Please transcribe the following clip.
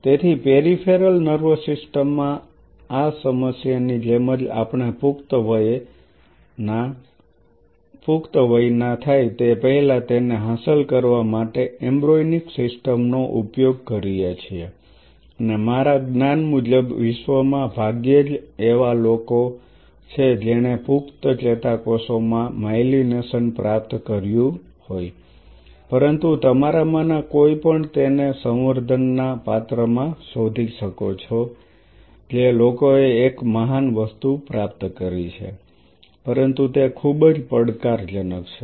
તેથી peripheral nervous system માં આ સમસ્યાની જેમ જ આપણે પુખ્ત વયે ના થાય તે પહેલા તેને હાંસલ કરવા માટે એમ્બ્રોઈનીક સિસ્ટમ નો ઉપયોગ કરીએ છીએ અને મારા જ્ઞાન મુજબ વિશ્વમાં ભાગ્યે જ એવા કોઈ લોકો છે જેણે પુખ્ત ચેતાકોષો માં માયલિનેશન પ્રાપ્ત કર્યું હોય પરંતુ તમારામાંના કોઈપણ તેને સંવર્ધન ના પાત્ર માં શોધી શકો છો જે લોકોએ એક મહાન વસ્તુ પ્રાપ્ત કરી છે પરંતુ તે ખૂબ જ પડકારજનક છે